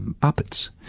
puppets